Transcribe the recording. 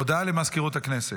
הודעה לסגנית מזכיר הכנסת.